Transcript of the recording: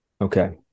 Okay